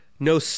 No